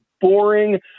boring